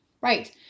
Right